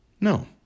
No